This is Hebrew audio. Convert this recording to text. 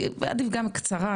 גם קצרה,